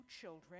children